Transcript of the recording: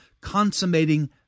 consummating